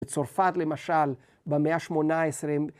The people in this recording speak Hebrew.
‫בצרפת, למשל, במאה ה-18...